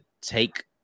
take